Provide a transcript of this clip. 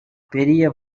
பெரிய